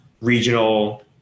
regional